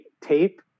Tape